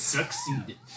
Succeeded